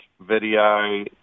video